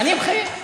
אני מחייך.